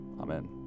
Amen